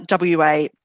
wa